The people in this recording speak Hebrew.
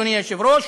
אדוני היושב-ראש,